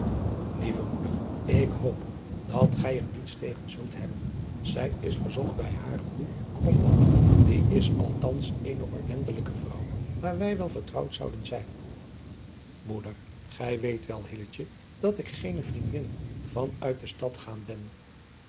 lieve moeder ik hoop dat gij er niets tegen zult hebben zij is verzocht bij hare moei krombalg die is althans eene ordentelijke vrouw waar wij wel vertrouwd zouden zijn moeder gij weet wel hilletje dat ik geene vriendin van uit de stad gaan ben